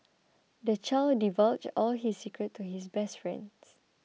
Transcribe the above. the child divulged all his secrets to his best friends